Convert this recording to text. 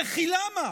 וכי למה?